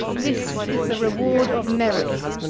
this is the reward of merit.